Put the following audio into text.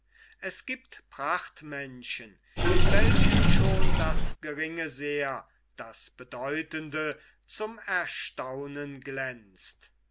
es giebt prachtmenschen in welchen schon das geringe sehr das bedeutende zum erstaunen glänzt